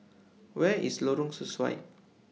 Where IS Lorong Sesuai